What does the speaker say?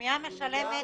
פנימייה משלמת.